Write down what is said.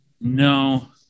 No